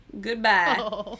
Goodbye